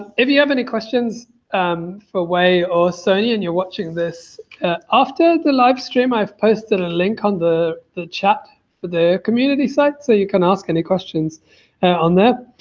if you have any questions for wei or sony and you're watching this after the live stream, i've posted a link on the the chat with the community site, so you can ask any questions on there.